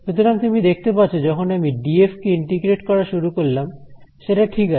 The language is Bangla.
সুতরাং তুমি দেখতে পাচ্ছো যখন আমি ডিএফ কে ইন্টিগ্রেট করা শুরু করলাম সেটা ঠিক আছে